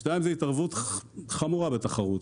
דבר שני, זאת התערבות חמורה בתחרות.